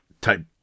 type